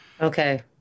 Okay